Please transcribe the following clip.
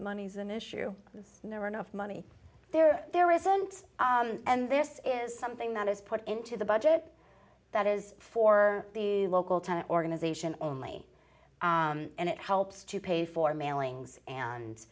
money is an issue there are enough money there there isn't and this is something that is put into the budget that is for the local kind of organization only and it helps to pay for mailings